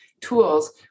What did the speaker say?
tools